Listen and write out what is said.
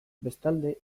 bestalde